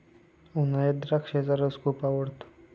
उन्हाळ्यात द्राक्षाचा रस खूप आवडतो